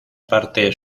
partes